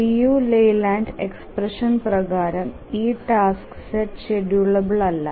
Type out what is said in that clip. Liu Layland expression പ്രകാരം ഈ task set schedulable അല്ല